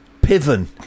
Piven